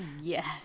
yes